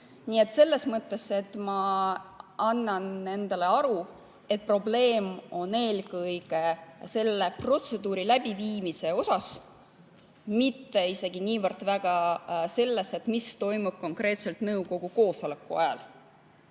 Selles mõttes ma annan endale aru, et probleem on eelkõige protseduuri läbiviimises, mitte isegi niivõrd väga selles, mis toimub konkreetselt nõukogu koosoleku ajal.